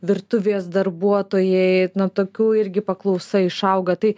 virtuvės darbuotojai na tokių irgi paklausa išauga tai